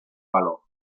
valor